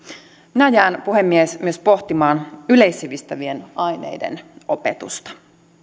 minä jään puhemies pohtimaan myös yleissivistävien aineiden opetusta